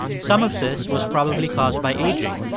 some of this was probably caused by aging,